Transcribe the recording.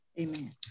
Amen